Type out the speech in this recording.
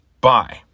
Bye